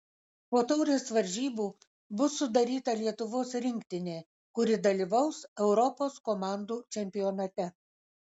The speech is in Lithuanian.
po taurės varžybų bus sudaryta lietuvos rinktinė kuri dalyvaus europos komandų čempionate